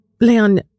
Leon